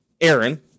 Aaron